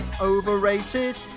Overrated